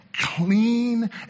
clean